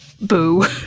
boo